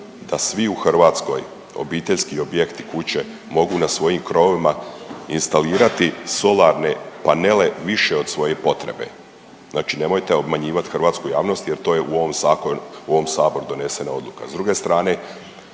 da svi u Hrvatskoj obiteljski objekti, kuće mogu na svojim krovovima instalirati solarne panele više od svoje potrebe. Znači nemojte obmanjivati hrvatsku javnost jer to je u ovom saboru donesena odluka.